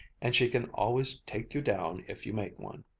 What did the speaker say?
and she can always take you down if you make one.